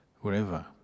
wherever